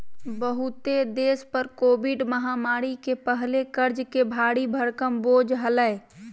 बहुते देश पर कोविड महामारी के पहले कर्ज के भारी भरकम बोझ हलय